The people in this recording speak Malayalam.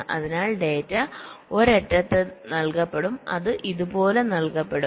അതിനാൽ ഡാറ്റ ഒരു അറ്റത്ത് നൽകപ്പെടും അവർ ഇതുപോലെ പോകും